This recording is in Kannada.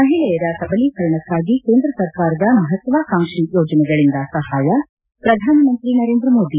ಮಹಿಳೆಯರ ಸಬಲೀಕರಣಕ್ಕಾಗಿ ಕೇಂದ್ರ ಸರ್ಕಾರದ ಮಹತ್ವಾಕಾಂಕ್ಷಿ ಯೋಜನೆಗಳಿಂದ ಸಹಾಯ ಪ್ರಧಾನಮಂತ್ರಿ ನರೇಂದ್ರ ಮೋದಿ